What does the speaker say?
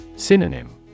Synonym